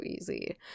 easy